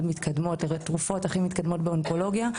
מתקדמות ולתרופות הכי מתקדמות בתחום האונקולוגיה,